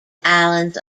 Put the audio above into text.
islands